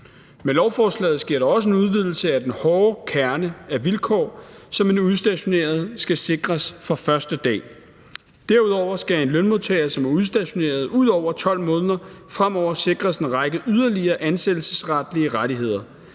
Med lovforslaget sker der også en udvidelse af den hårde kerne af vilkår, som en udstationeret skal sikres fra første dag. Derudover skal en lønmodtager, som er udstationeret ud over 12 måneder, fremover sikres en række yderligere ansættelsesretlige rettigheder.